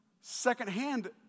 secondhand